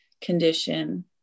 condition